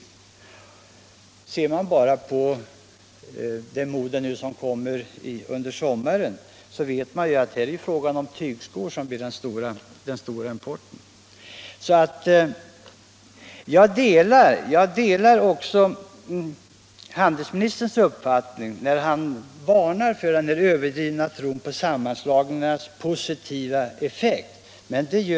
I sommar får vi ett mode med tygskor, och det kommer att bli den nya stora importen. Jag delar handelsministerns uppfattning när han varnar för en överdriven tilltro till sammanslagningarnas positiva effekt.